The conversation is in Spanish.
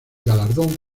galardón